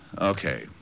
okay